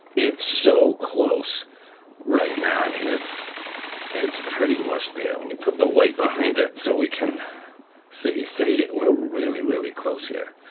it's so close right now, i mean, it's it's pretty much there. let me put the white behind it, so we can see. see, we're really, really close here.